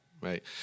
Right